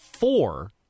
Four